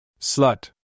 Slut